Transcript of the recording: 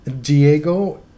Diego